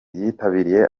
yitabiriye